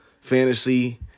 fantasy